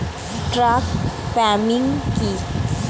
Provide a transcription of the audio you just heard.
Truck farming কি?